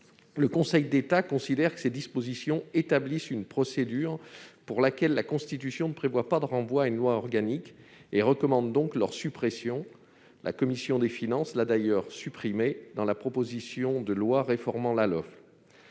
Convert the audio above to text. le Conseil d'État considère que cette disposition établit une procédure pour laquelle la Constitution ne prévoit pas de renvoi à une loi organique ; il recommande donc sa suppression. La commission des finances l'a ainsi supprimée lors de l'examen de la proposition de loi relative à